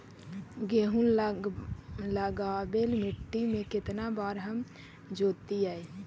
गेहूं लगावेल मट्टी में केतना बार हर जोतिइयै?